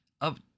up